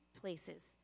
places